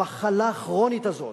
המחלה הכרונית הזאת,